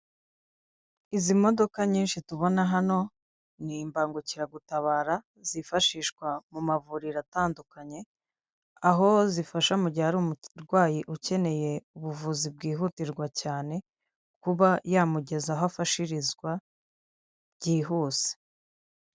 Izi modoka nyinshi tubona hano ni imbangukiragutabara zifashishwa mu mavuriro atandukanye, aho zifasha mu gihe hari umurwayi ukeneye ubuvuzi bwihutirwa cyane, kuba yamugeza aho afashirizwa byihuse.